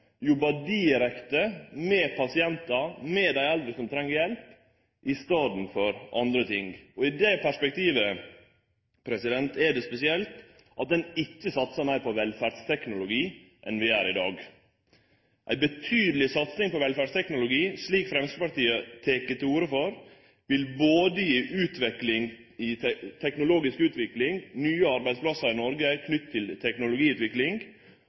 jobbar direkte med pasientar, med dei eldre som treng hjelp, i staden for med andre ting. I det perspektivet er det spesielt at vi ikkje satsar meir på velferdsteknologi enn vi gjer i dag. Ei betydeleg satsing på velferdsteknologi, slik Framstegspartiet tek til orde for, vil gje teknologisk utvikling, nye arbeidsplassar i Noreg knytt til teknologiutvikling,